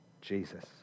Jesus